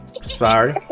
sorry